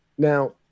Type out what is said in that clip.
Now